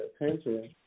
attention